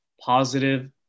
positive